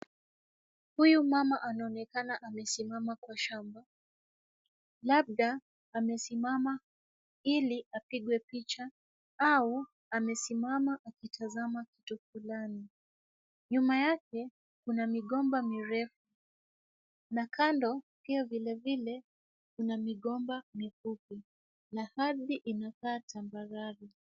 Huyu mama anaonekana amesimama kwa shamba, labda amesimama ili apigwe picha au amesimama akitazama kitu fulani. Nyuma yake kuna migomba mirefu na kando pia vilevile kuna migomba mifupi na ardhi inakaa tambarare.